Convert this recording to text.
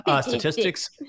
Statistics